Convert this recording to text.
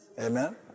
Amen